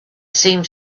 seemed